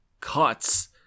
cuts